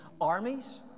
armies